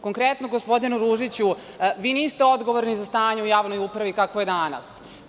Konkretno, gospodine Ružiću, vi niste odgovorni za stanje u javnoj upravi kakvo je danas.